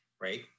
right